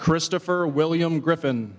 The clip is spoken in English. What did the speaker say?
christopher william griffin